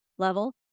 level